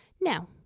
Now